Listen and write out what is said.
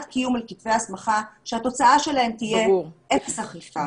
קיום על כתבי הסמכה שהתוצאה שלהם תהיה אפס אכיפה.